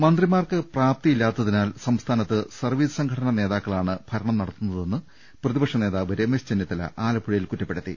മന്ത്രിമാർക്ക് പ്രാപ്തി ഇല്ലാത്തതിനാൽ സ്ഠസ്ഥാനത്ത് സർവ്വീസ് സംഘടനാ നേതാക്കളാണ് ഭർണം നടത്തുന്ന തെന്ന് പ്രതിപക്ഷ നേതാവ് രമേശ് ചെന്നിത്തല ആലപ്പു ഴയിൽ കുറ്റപ്പെടുത്തി